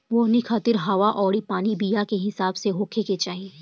बोवनी खातिर हवा अउरी पानी बीया के हिसाब से होखे के चाही